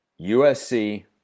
USC